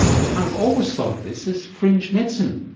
that i've always thought of this as fringe medicine.